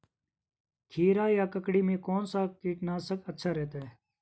खीरा या ककड़ी में कौन सा कीटनाशक अच्छा रहता है?